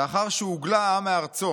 "לאחר שהוגלה העם מארצו